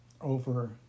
over